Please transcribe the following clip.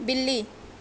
بلی